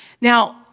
Now